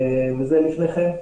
וזה לפניכם.